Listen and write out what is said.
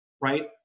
right